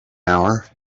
hour